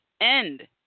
end